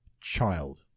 child